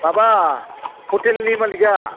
माबा ह'टेलनि मालिगा